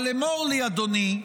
אבל אמור לי, אדוני,